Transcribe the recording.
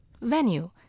Venue